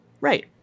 Right